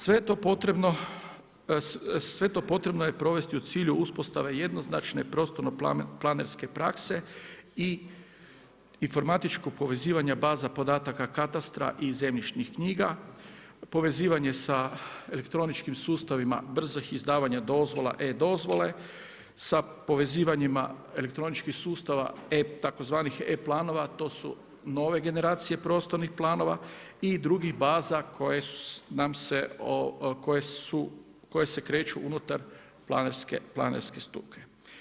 Sve to potrebno je provesti u cilju uspostave jednoznačne prostorno planerske prakse i informatičkog povezivanja baza podataka katastra i zemljišnih knjiga, povezivanje sa elektroničkim sustavima brzih izdavanja dozvola e-dozvole sa povezivanjima elektroničkih sustava tzv. e-planova, to su nove generacije prostornih planova i drugih baza koje nam se, koje se kreću unutar planerske struke.